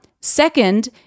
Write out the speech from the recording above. second